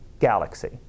galaxy